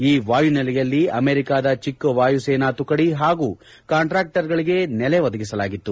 ಈ ವಾಯುನೆಲೆಯಲ್ಲಿ ಅಮೇರಿಕದ ಚಕ್ಕ ವಾಯುಸೇನಾ ತುಕಡಿ ಹಾಗೂ ಕಂಟ್ರಾಕ್ಷರ್ ಗಳಿಗೆ ನೆಲೆ ಒದಗಿಸಲಾಗಿತ್ತು